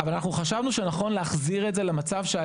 כך